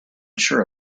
sure